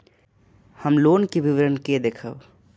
हम लोन के विवरण के देखब?